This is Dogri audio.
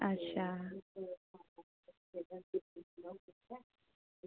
अच्छा